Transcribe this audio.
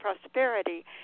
prosperity